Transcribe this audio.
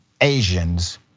Asians